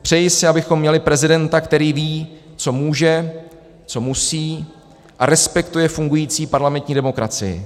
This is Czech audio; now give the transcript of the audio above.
Přeji si, abychom měli prezidenta, který ví, co může, co musí a respektuje fungující parlamentní demokracii.